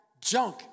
junk